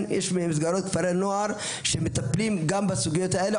ישנם כפרי נוער שמטפלים גם בסוגיות האלה,